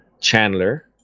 Chandler